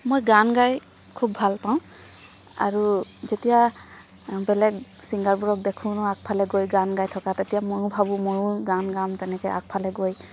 মই গান গাই খুব ভাল পাওঁ আৰু যেতিয়া বেলেগ ছিংগাৰবোৰক দেখোঁ ন আগফালে গৈ গান গাই থকা তেতিয়া ময়ো ভাবোঁ ময়ো গান গাম তেনেকৈ আগফালে গৈ